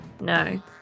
No